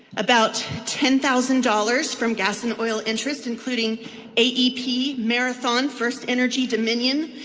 about ten thousand dollars from gas and oil interests including aep, marathon, first energy dominion,